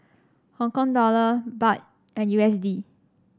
Hong Kong Dollor Baht and U S D